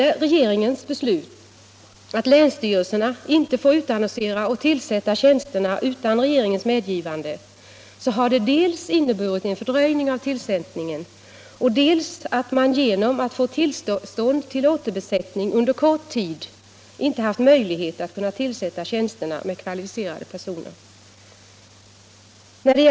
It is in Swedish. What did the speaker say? Regeringens beslut att länsstyrelserna inte får utannonsera och tillsätta tjänsterna utan regeringens medgivande har inneburit dels en fördröjning av tillsättningen, dels att man genom att få tillstånd till återbesättning under endast kort tid inte haft möjlighet att tillsätta tjänsterna med kvalificerade personer.